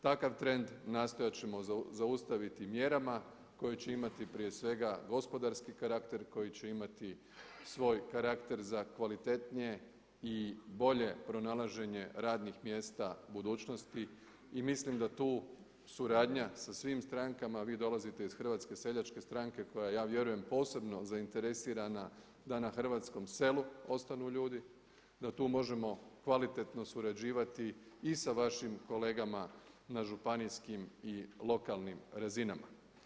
Takav trend nastojat ćemo zaustaviti mjerama koje će imati prije svega gospodarski karakter, koji će imati svoj karakter za kvalitetnije i bolje pronalaženje radnih mjesta budućnosti i mislim da tu suradnja sa svim strankama, a vi dolazite iz HSS-a koja ja vjerujem posebno zainteresirana da na hrvatskom selu ostanu ljudi, da tu možemo kvalitetno surađivati i sa vašim kolegama na županijskim i lokalnim razinama.